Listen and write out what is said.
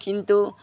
କିନ୍ତୁ